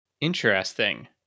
Interesting